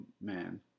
man